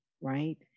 right